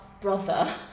brother